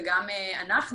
וגם אנחנו.